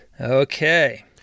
Okay